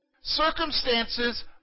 Circumstances